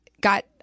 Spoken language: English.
got